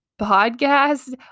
podcast